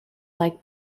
like